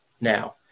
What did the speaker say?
now